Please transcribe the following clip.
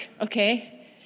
okay